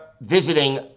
visiting